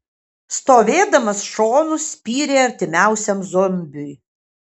stovėdamas šonu spyrė artimiausiam zombiui